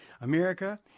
America